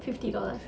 fifty dollars